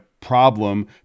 problem